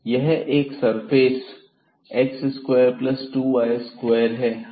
यह एक surface x22y2 है